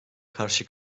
karşı